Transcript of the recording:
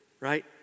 right